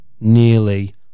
nearly